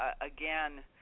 again